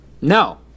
No